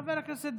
מה קרה לכם?